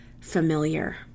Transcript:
familiar